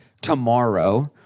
tomorrow